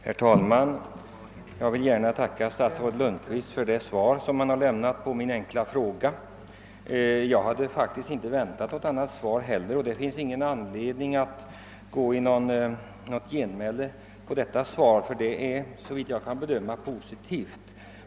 Herr talman! Jag ber att få tacka statsrådet Lundkvist för det svar han lämnat på min enkla fråga. Jag hade faktiskt inte väntat att svaret skulle ha något annat innehåll än det som nu redovisats och har ingen anledning att göra något längre genmäle, ty svaret är såvitt jag kan bedöma positivt.